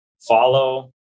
follow